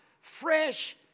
fresh